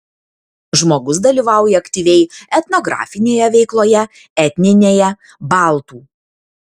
žmogus dalyvauja aktyviai etnografinėje veikloje etninėje baltų